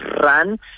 run